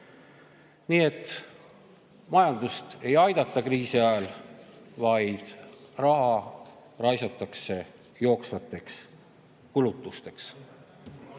Majandust ei aidata kriisi ajal, vaid raha raisatakse jooksvateks kulutusteks.